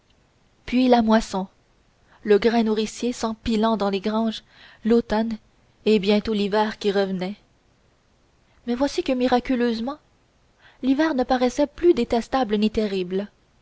puis la moisson le grain nourricier s'empilant dans les granges l'automne et bientôt l'hiver qui revenait mais voici que miraculeusement l'hiver ne paraissait plus détestable ni terrible